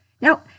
Now